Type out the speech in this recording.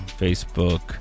Facebook